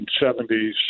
1970s